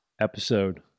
episode